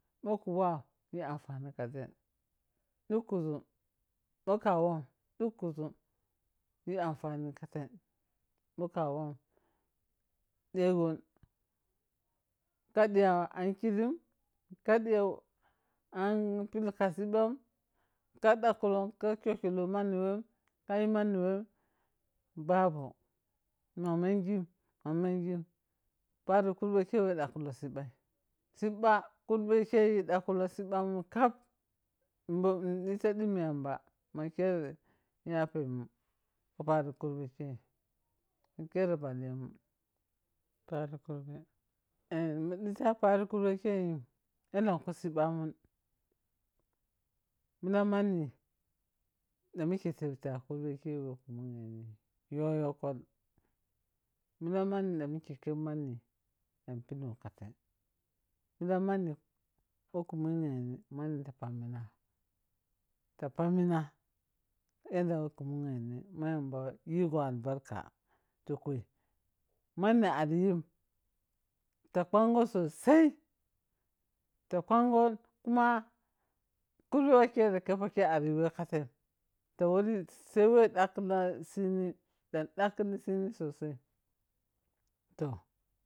Bhoku wau yi anfani kafen dukusum bho ka wam dukusum yi amfani katen bho ka wam de gon ka diya an kerem, ka diyoon pilka sibam ka ɗakolom, kakyokyo lo mani wene wane babu na minjem na minjin pan kurbe ke wo ɗakli sibba, sibba korbe ke dakhulou sibba mun kab nidita dirimi yamba ma khere yape mun ka pari karbekhei bo khere bakemun pari kurbe eh nitita pari karbe elhengku sibbamun millam mayi da mike feb ta kurberke woka munen zuri you yolkol wullam mani da mike kep mani dan pillun ka fei millam mani bho ke mun ghesan mekoto pamena ta pamina yanda wo ka munghezam da yego albarka mani aryimta phango sosai ta phanga kuma kurbe wo khere khepou ke aryi mani eɗe ka tem ta wor sa we wo t takhiki sini kor tela dan dakhili soni sosai toh.